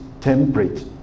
temperate